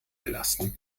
belasten